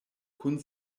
kun